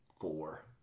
four